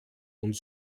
und